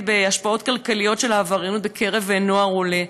בהשפעות כלכליות של העבריינות בקרב נוער עולה.